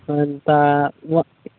ఎంత వన్